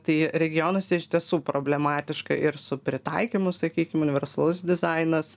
tai regionuose iš tiesų problematiška ir su pritaikymu sakykim universalus dizainas